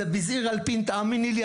תאמיני לי,